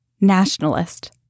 nationalist